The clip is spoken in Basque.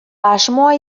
asmoa